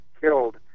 killed